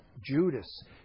Judas